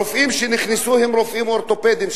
הרופאים שנכנסו הם רופאים אורתופדים,